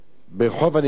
ברחוב הנביאים.